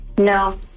No